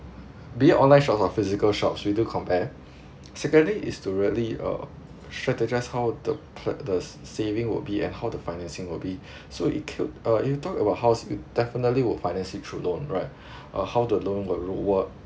be online shops or physical shops we do compare secondly is to really uh strategise how the pl~ the s~saving would be and how the financing would be so uh if you talk about house definitely would finance it through loan right uh how the loan would look work